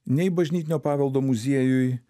nei bažnytinio paveldo muziejui